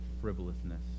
frivolousness